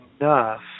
enough